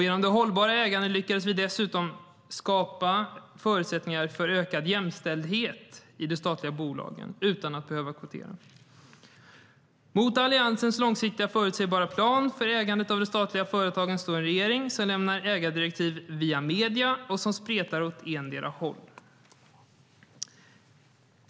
Genom det hållbara ägandet lyckades vi dessutom skapa förutsättningar för ökad jämställdhet i de statliga bolagen utan att behöva kvotera. Mot Alliansens långsiktiga, förutsägbara plan för ägandet av de statliga företagen står en regering som lämnar ägardirektiv via medierna som spretar åt endera hållet.